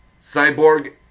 Cyborg